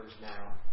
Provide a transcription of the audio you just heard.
now